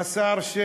הזמן שלך